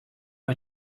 are